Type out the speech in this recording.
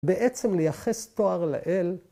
‫בעצם לייחס תואר לאל.